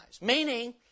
Meaning